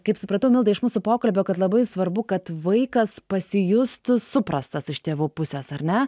kaip supratau milda iš mūsų pokalbio kad labai svarbu kad vaikas pasijustų suprastas iš tėvų pusės ar ne